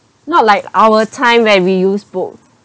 not like our time where we use book